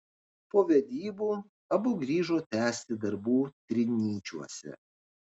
po vedybų abu grįžo tęsti darbų trinyčiuose